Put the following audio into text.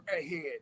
ahead